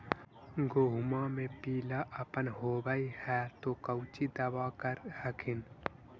गोहुमा मे पिला अपन होबै ह तो कौची दबा कर हखिन?